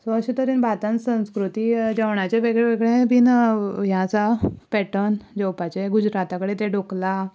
so अशे तरेन भारतांत संस्कृती जेवणाचे वेगळे वेगळे बी हें आसा पेटर्न जेवपाचे गुजराता कडेन ते डोकला